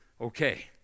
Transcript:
okay